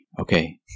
Okay